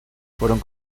fueron